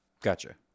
Gotcha